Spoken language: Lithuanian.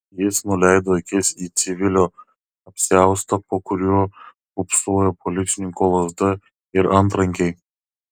jis nuleido akis į civilio apsiaustą po kuriuo pūpsojo policininko lazda ir antrankiai